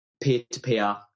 peer-to-peer